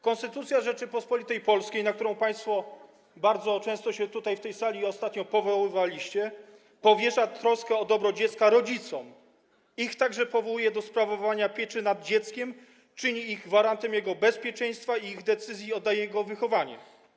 Konstytucja Rzeczypospolitej Polskiej, na którą państwo bardzo często się tutaj, w tej sali, ostatnio powoływaliście, powierza troskę o dobro dziecka rodzicom, ich także powołuje do sprawowania pieczy nad dzieckiem, czyni ich gwarantem jego bezpieczeństwa i ich decyzji oddaje jego wychowanie.